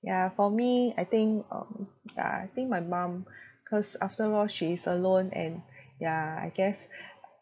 ya for me I think um ya I think my mum cause after all she is alone and ya I guess